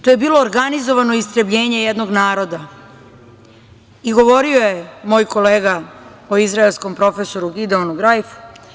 To je bilo organizovano istrebljenje jednog naroda i govorio je moj kolega o izraelskom profesoru Gideonu Grajfu.